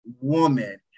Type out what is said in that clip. woman